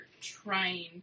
trying